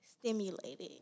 stimulated